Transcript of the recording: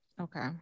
Okay